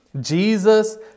Jesus